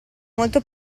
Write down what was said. molto